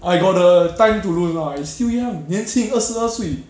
I got the time to lose now I still young 年轻二十二岁